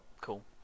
Cool